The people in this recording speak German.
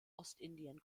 ostindien